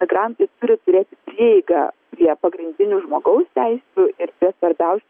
migrantai turi turėti prieigą prie pagrindinių žmogaus teisių ir svarbiausia